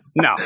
No